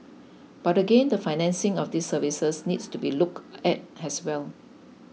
but again the financing of these services needs to be looked at has well